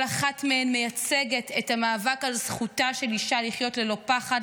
כל אחת מהן מייצגת את המאבק על זכותה של אישה לחיות ללא פחד,